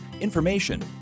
information